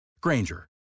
Granger